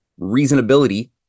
reasonability